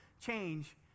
change